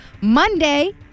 Monday